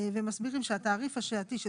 במשק; התעריף השעתי,